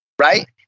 right